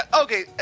okay